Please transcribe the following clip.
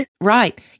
Right